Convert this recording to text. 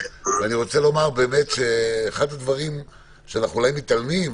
אחד הדברים שאנחנו אולי מתעלמים ממנו,